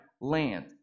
land